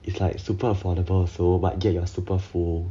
it's like super affordable also but yet you're super full